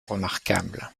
remarquable